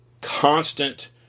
constant